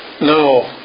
No